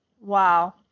Wow